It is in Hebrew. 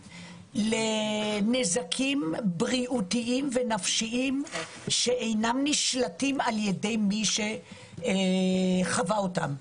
ונזקים בריאותיים ונפשיים שאינם נשלטים על-ידי מי שחווה אותם.